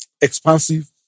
Expansive